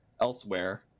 elsewhere